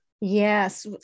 Yes